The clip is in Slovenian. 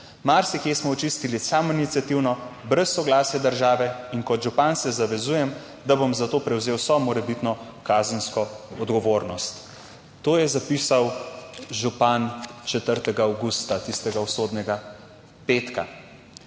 Marsikje smo očistili samoiniciativno brez soglasja države in kot župan se zavezujem, da bom za to prevzel vso morebitno kazensko odgovornost." - To je zapisal župan 4. avgusta tistega usodnega petka.